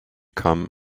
come